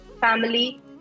family